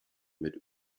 mit